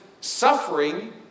suffering